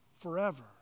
forever